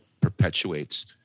perpetuates